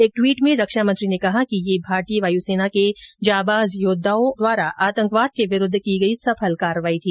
एक ट्वीट में रक्षा मंत्री ने कहा कि यह भारतीय वायु सेना के जाबाज योद्वाओं द्वारा आतंकवाद के विरूद्व की गई सफल कार्रवाई थी